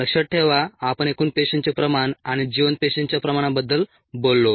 लक्षात ठेवा आपण एकूण पेशींचे प्रमाण आणि जिवंत पेशींच्या प्रमाणाबद्दल बोललो